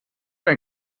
ein